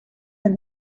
and